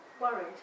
worried